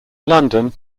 london